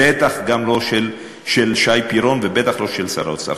בטח גם לא של שי פירון ובטח לא של שר האוצר.